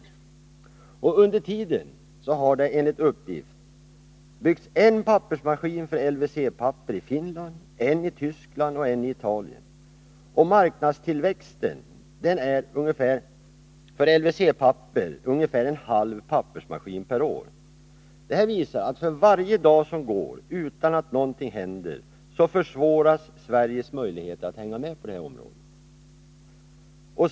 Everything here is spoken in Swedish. Under den tiden har det enligt uppgift byggts en pappersmaskin för LWC-papper i Finland, en i Tyskland och en i Italien. Marknadstillväxten när det gäller LWC-papper motsvaras av ungefär en halv pappersmaskin per år. Det visar att för varje dag som går utan att någonting händer försvåras Sveriges möjligheter att hänga med på det här området.